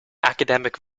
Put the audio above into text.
academic